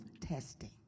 testing